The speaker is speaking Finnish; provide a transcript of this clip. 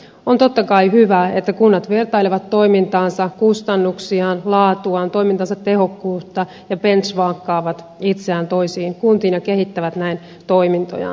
on totta kai hyvä että kunnat vertailevat toimintaansa kustannuksiaan laatuaan toimintansa tehokkuutta ja benchmarkkaavat itseään toisiin kuntiin ja kehittävät näin toimintojaan